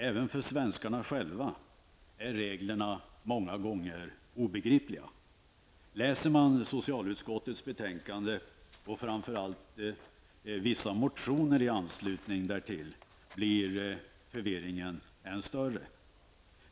Även för svenskarna själva är reglerna många gånger obegripliga. Läser man socialutskottets betänkande, framför allt vissa motioner i anslutning därtill, blir förvirringen än större.